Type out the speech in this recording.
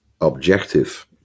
objective